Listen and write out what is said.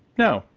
no.